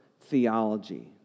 theology